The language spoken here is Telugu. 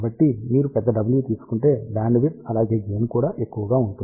కాబట్టి మీరు పెద్ద W తీసుకుంటే బ్యాండ్విడ్త్ అలాగే గెయిన్ కూడా ఎక్కువగా ఉంటుంది